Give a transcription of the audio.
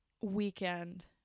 weekend